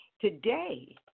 Today